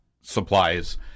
supplies